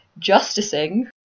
justicing